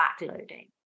backloading